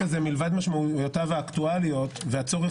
לִשְׂנֹא׃ דִּבְרֵי־פִיו אָוֶן וּמִרְמָה